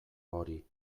hori